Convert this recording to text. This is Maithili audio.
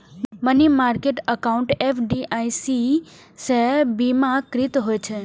मनी मार्केट एकाउंड एफ.डी.आई.सी सं बीमाकृत होइ छै